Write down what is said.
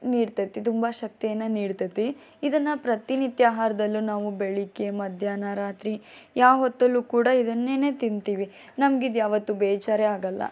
ನೀಡ್ತತಿ ತುಂಬ ಶಕ್ತಿಯನ್ನು ನೀಡ್ತತಿ ಇದನ್ನು ಪ್ರತಿನಿತ್ಯ ಆಹಾರದಲ್ಲೂ ನಾವು ಬೆಳಗ್ಗೆ ಮಧ್ಯಾಹ್ನ ರಾತ್ರಿ ಯಾವ ಹೊತ್ತಲ್ಲೂ ಕೂಡ ಇದನ್ನೇನೆ ತಿನ್ತೀವಿ ನಮ್ಗಿದು ಯಾವತ್ತೂ ಬೇಜಾರೇ ಆಗೋಲ್ಲ